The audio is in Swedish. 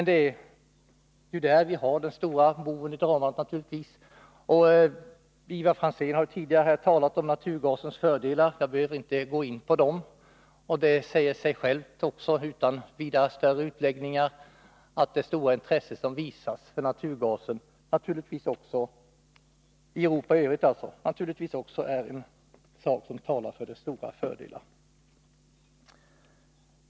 Det är naturligtvis där vi har boven i dramat. Ivar Franzén har tidigare talat om naturgasens fördelar — jag behöver inte gå in på dem. Det säger sig självt, utan större utläggningar, att naturgas har stora fördelar. Det stora intresse som visas för naturgasen i Europa i övrigt är naturligtvis också någonting som talar för dess fördelar.